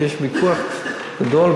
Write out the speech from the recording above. כי יש ויכוח גדול,